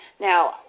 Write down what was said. Now